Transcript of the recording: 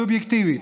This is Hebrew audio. סובייקטיבית,